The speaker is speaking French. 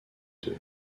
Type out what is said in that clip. deux